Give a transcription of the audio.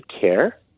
care